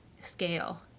scale